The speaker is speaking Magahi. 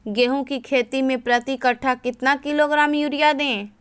गेंहू की खेती में प्रति कट्ठा कितना किलोग्राम युरिया दे?